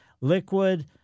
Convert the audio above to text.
liquid